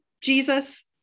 Jesus